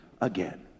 again